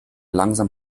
langsam